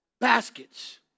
baskets